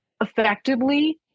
effectively